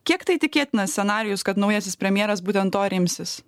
kiek tai tikėtinas scenarijus kad naujasis premjeras būtent to ir imsis